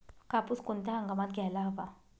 कापूस कोणत्या हंगामात घ्यायला हवा?